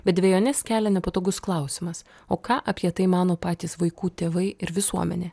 bet dvejones kelia nepatogus klausimas o ką apie tai mano patys vaikų tėvai ir visuomenė